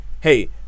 hey